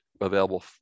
available